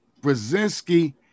Brzezinski